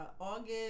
August